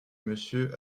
monsieur